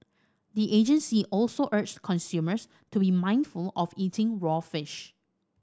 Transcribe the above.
the agency also urged consumers to be mindful of eating raw fish